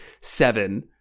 seven